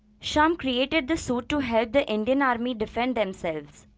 shyam created the suit to help the indian army defend themselves.